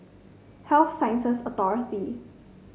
Health Sciences Authority